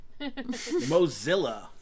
Mozilla